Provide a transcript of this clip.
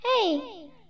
Hey